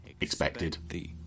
expected